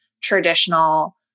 traditional